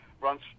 runs